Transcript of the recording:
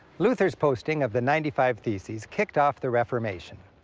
luther's posting of the ninety five theses kicked off the reformation.